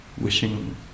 wishing